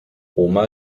oma